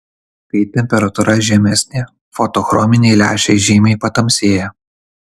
kai temperatūra žemesnė fotochrominiai lęšiai žymiai patamsėja